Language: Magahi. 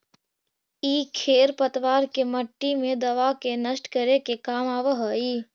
इ खेर पतवार के मट्टी मे दबा के नष्ट करे के काम आवऽ हई